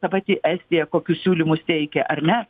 ta pati estija kokius siūlymus teikia ar ne